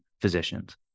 physicians